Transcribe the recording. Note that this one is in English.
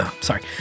Sorry